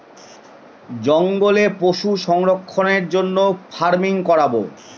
জঙ্গলে পশু সংরক্ষণের জন্য ফার্মিং করাবো